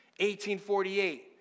1848